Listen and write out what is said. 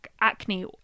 acne